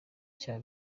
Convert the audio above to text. cya